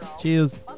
Cheers